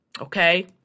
okay